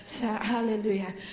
Hallelujah